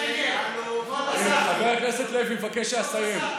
חבר הכנסת לוי מבקש שאסיים.